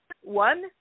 one